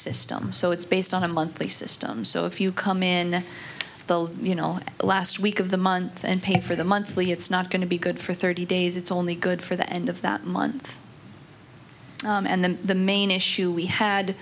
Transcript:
system so it's based on a monthly system so if you come in the you know last week of the month and pay for the monthly it's not going to be good for thirty days it's only good for the end of that month and then the main issue we had